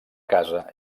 casa